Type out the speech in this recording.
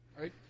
Right